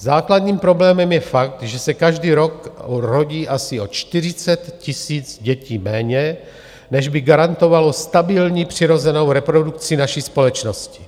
Základním problémem je fakt, že se každý rok rodí asi o 40 000 dětí méně, než by garantovalo stabilní přirozenou reprodukci naší společnosti.